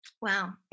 Wow